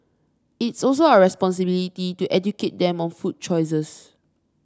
it's also our responsibility to educate them on food choices